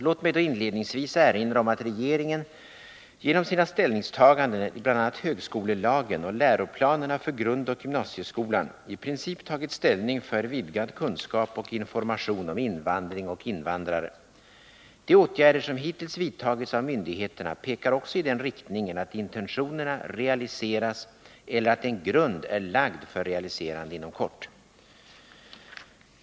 Låt mig då inledningsvis erinra om att regeringen genom sina ställningstaganden i bl.a. högskolelagen och läroplanerna för grundoch gymnasieskola i princip tagit ställning för vidgad kunskap och information om invandring och invandrare. De åtgärder som hittills vidtagits av myndigheterna pekar också i den riktningen att intentionerna realiseras eller att en grund är lagd för realiserande inom kort.